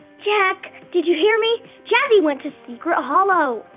jack did you hear me? jazzy went to secret hollow!